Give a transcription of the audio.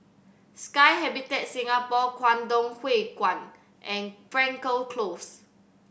Sky Habitat Singapore Kwangtung Hui Kuan and Frankel Close